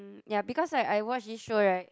um ya because I I watch this show right